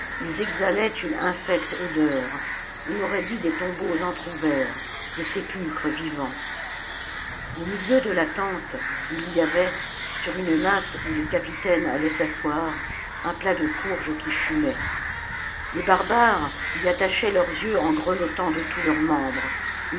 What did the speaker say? ils exhalaient une infecte odeur on aurait dit des tombeaux entr'ouverts des sépulcres vivants au milieu de la tente il y avait sur une natte où les capitaines allaient s'asseoir un plat de courges qui fumait les barbares y attachaient leurs yeux en grelottant de tous les membres